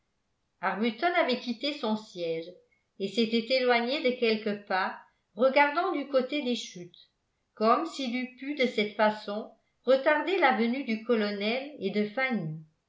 arbuton avait quitté son siège et s'était éloigné de quelques pas regardant du côté des chutes comme s'il eût pu de cette façon retarder la venue du colonel et de fanny